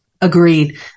Agreed